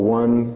one